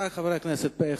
ו-158,